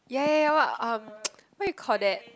ya ya ya what um what you called that